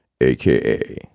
AKA